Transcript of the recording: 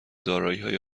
داراییهای